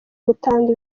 gutanga